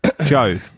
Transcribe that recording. Joe